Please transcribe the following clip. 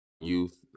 youth